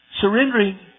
surrendering